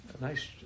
nice